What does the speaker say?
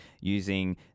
using